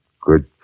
Good